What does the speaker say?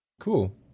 cool